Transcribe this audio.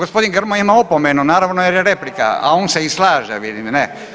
Ovaj g. Grmoja ima opomenu naravno jer je replika, a on se i slaže vidim ne.